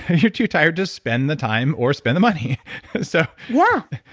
and you're too tired to spend the time or spend the money so yeah,